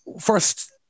First